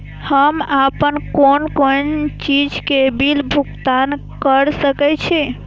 हम आपन कोन कोन चीज के बिल भुगतान कर सके छी?